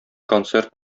концерт